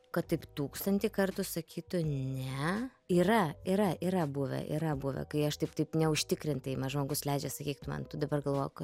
kad tik tūkstantį kartų sakytų ne yra yra yra buvę yra buvę kai aš taip taip neužtikrintai ma žmogus leidžia sakyk tu man tu dabar galvok